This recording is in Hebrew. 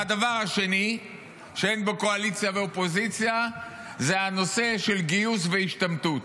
והדבר השני שאין בו קואליציה ואופוזיציה זה הנושא של גיוס והשתמטות.